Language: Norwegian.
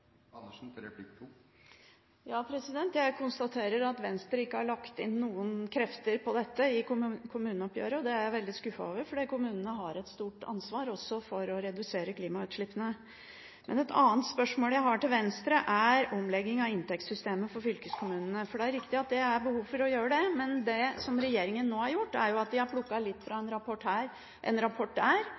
er jeg veldig skuffet over, for kommunene har et stort ansvar, også for å redusere klimautslippene. Et annet spørsmål jeg har til Venstre, gjelder omleggingen av inntektssystemet for fylkeskommunene. Det er riktig at det er behov for å gjøre det, men det som regjeringen nå har gjort, er at de har plukket litt fra en rapport her og litt fra en rapport der.